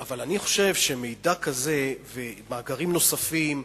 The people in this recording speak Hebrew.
אבל אני חושב שמידע כזה ומאגרים נוספים,